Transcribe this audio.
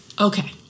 okay